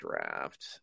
draft